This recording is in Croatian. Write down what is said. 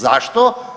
Zašto?